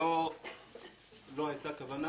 לא הייתה כוונה